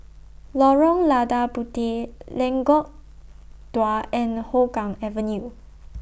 Lorong Lada Puteh Lengkok Dua and Hougang Avenue